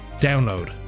Download